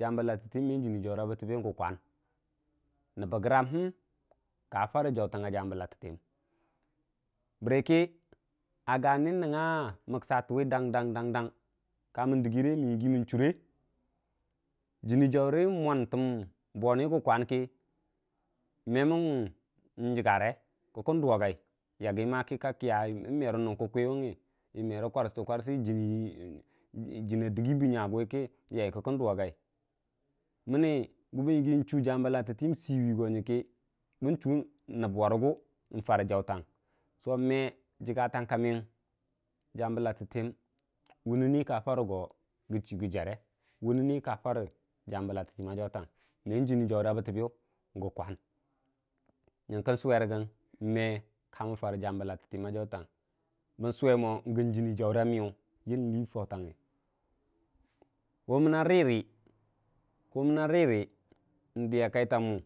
jambə lattətəyəm meng jini jaura bətəbəyu gən kwan nəbbə gram həm ka farə jautanggel jambə llattəyəm bərəkə a gani nwe məksatəwu dang dang kamən dəggire mən chure jini jaurə mwan tən boni gə kwan kə kən duwagai nyuggare kə ka kəya, yə merə nung kə kwiwungən rə warsətə kwarsə jini a dəggi bə nyaguwi kə kən duwagai, mənə gu bən yigii chuu jambə lattətəyən bən chuu nəb warəgu nfarə jautan me jəggatang ka məyən wunini kafarə go gə chigə jare meng jini jaura bətəbəyu g kwan nyənkə suwerəgən ka wan farə jambə lattətəyən a jautang bən suwe mo gən jini məyu yən lii fautangə ko mənən rərə ndiya kaitamu